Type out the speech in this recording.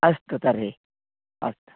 अस्तु तर्हि अस्तु